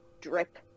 drip